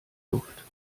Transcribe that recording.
luft